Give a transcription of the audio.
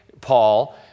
Paul